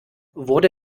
wurde